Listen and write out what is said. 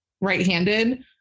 right-handed